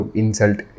insult